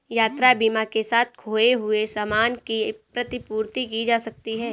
यात्रा बीमा के साथ खोए हुए सामान की प्रतिपूर्ति की जा सकती है